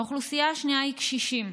האוכלוסייה השנייה היא קשישים.